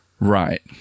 Right